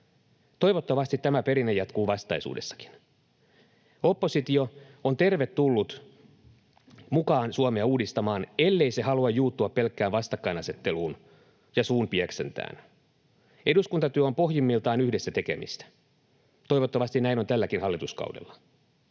Toivottavasti tämä perinne jatkuu vastaisuudessakin. Oppositio on tervetullut mukaan Suomea uudistamaan, ellei se halua juuttua pelkkään vastakkainasetteluun ja suunpieksentään. Eduskuntatyö on pohjimmiltaan yhdessä tekemistä. Toivottavasti näin on tälläkin hallituskaudella.